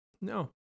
No